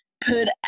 put